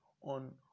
on